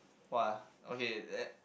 what ah okay then